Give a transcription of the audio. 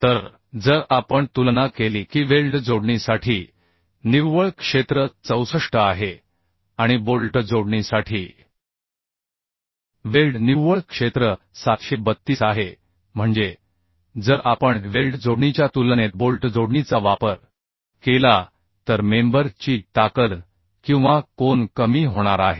तर जर आपण तुलना केली की वेल्ड जोडणीसाठी निव्वळ क्षेत्र 64 आहे आणि बोल्ट जोडणीसाठी वेल्ड निव्वळ क्षेत्र 732 आहे म्हणजे जर आपण वेल्ड जोडणीच्या तुलनेत बोल्ट जोडणीचा वापर केला तर मेंबर ची ताकद किंवा कोन कमी होणार आहे